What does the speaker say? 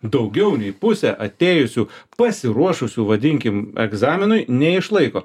daugiau nei pusė atėjusių pasiruošusių vadinkim egzaminui neišlaiko